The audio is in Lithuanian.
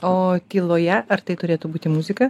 o tyloje ar tai turėtų būti muzika